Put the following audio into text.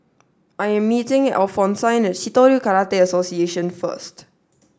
I am meeting Alphonsine at Shitoryu Karate Association first